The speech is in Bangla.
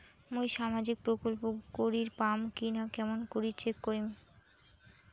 মুই সামাজিক প্রকল্প করির পাম কিনা কেমন করি চেক করিম?